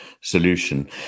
solution